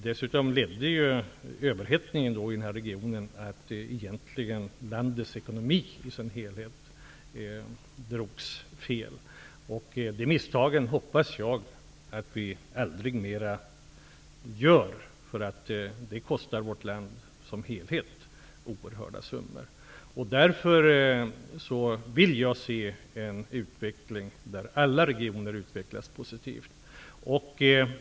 Dessutom ledde överhettningen i den här regionen till att att landets ekonomi i sin helhet kom fel. De misstagen hoppas jag att vi aldrig mer gör. Det kostar vårt land som helhet oerhörda summor. Därför vill jag se att alla regioner utvecklas positivt.